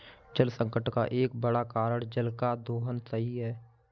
जलसंकट का एक बड़ा कारण जल का दोहन ही है